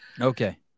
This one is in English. Okay